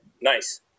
Nice